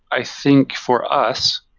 i think, for us,